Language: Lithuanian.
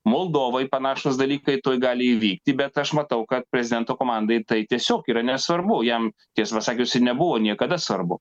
moldovoj panašūs dalykai tuoj gali įvykti bet aš matau kad prezidento komandai tai tiesiog yra nesvarbu jam tiesą pasakius ir nebuvo niekada svarbu